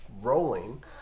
Rolling